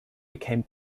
became